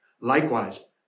Likewise